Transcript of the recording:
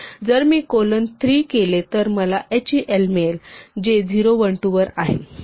जर मी कोलन 3 केले तर मला hel मिळते जे 0 1 2 वर आहे